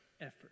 effort